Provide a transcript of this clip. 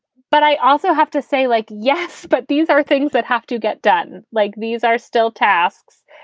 but i also have to say, like, yes, but these are things that have to get done. like these are still tasks.